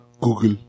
Google